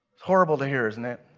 horrible to hear, isn't it?